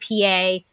PA